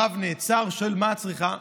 הרב נעצר ושואל: מה את צריכה?